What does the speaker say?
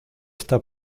está